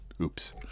Oops